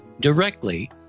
directly